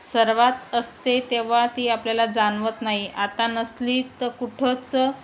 सर्वात असते तेव्हा ती आपल्याला जानवत नाई आता नसली तर कुठंच